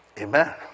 Amen